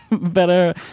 better